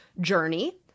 journey